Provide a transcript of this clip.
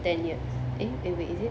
ten years eh eh wait is it